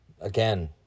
Again